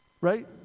right